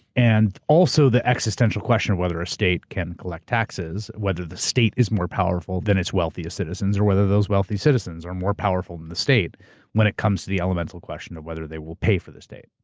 and also the existential question of whether a state can collect taxes. whether the state is more powerful than it's wealthiest citizens or whether those wealthy citizens are more powerful than the state when it comes to the elemental question of whether they will pay for the state.